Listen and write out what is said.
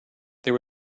there